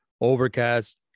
Overcast